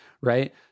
Right